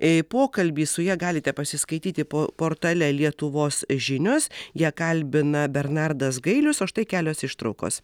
ee pokalbį su ja galite pasiskaityti po portale lietuvos žinios ją kalbina bernardas gailius o štai kelios ištraukos